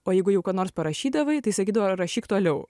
o jeigu jau ką nors parašydavai tai sakydavo rašyk toliau